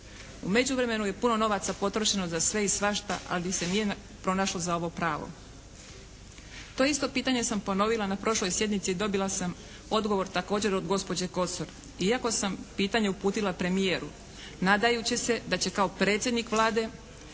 U međuvremenu je puno novaca potrošeno za sve i svašta, ali se nije pronašlo za ovo pravo. To isto pitanje sam ponovila na prošloj sjednici i dobila sam odgovor također od gospođe Kosor, iako sam pitanje uputila premijeru, nadajući se da će kao predsjednik Vlade